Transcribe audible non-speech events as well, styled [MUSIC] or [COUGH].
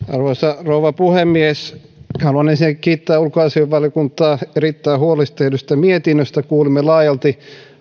[UNINTELLIGIBLE] arvoisa rouva puhemies haluan ensinnäkin kiittää ulkoasiainvaliokuntaa erittäin huolellisesti tehdystä mietinnöstä kuulimme laajalti